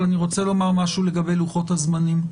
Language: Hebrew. אבל אני רוצה לומר משהו לגבי לוחות הזמנים.